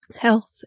health